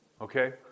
Okay